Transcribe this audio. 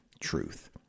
truth